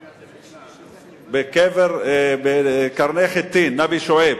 איפה, בקרני-חיטין, נבי שועייב.